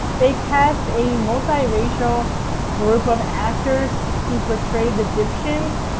they cast a multi-racial group of actors to portray the gyptians,